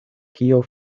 kio